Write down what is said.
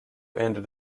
ended